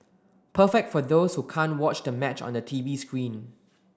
perfect for those who can't watch the match on the T V screen